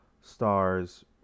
stars